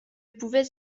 pouvaient